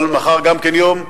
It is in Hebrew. אבל מחר גם כן יום.